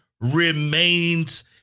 remains